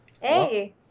Hey